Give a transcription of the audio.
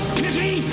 pity